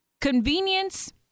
convenience